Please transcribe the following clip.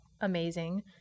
amazing